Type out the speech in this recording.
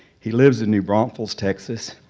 he lives in new braunfels, texas.